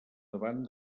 davant